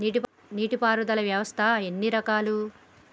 నీటి పారుదల వ్యవస్థ ఎన్ని రకాలు?